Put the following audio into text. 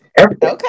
Okay